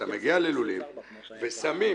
כשאתה מגיע ללולים ושמים,